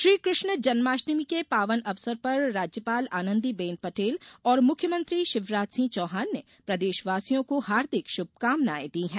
श्रीकृष्ण जन्माष्टमी के पावन अवसर पर राज्यपाल आनंदी बेन पटेल और मुख्यमंत्री शिवराज सिंह चौहान ने प्रदेशवासियों को हार्दिक शुभकामनाएँ दी हैं